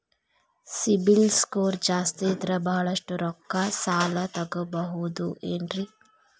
CIBIL score ಜಾಸ್ತಿ ಇದ್ರ ಬಹಳಷ್ಟು ರೊಕ್ಕ ಸಾಲ ತಗೋಬಹುದು ಏನ್ರಿ?